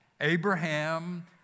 Abraham